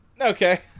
Okay